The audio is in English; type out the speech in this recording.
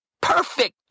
perfect